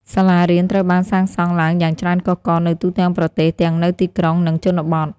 សាលារៀន ត្រូវបានសាងសង់ឡើងយ៉ាងច្រើនកុះករនៅទូទាំងប្រទេស ទាំងនៅទីក្រុង និងជនបទ។